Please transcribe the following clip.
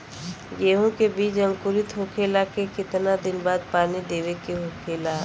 गेहूँ के बिज अंकुरित होखेला के कितना दिन बाद पानी देवे के होखेला?